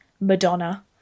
Madonna